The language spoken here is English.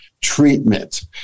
treatment